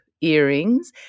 earrings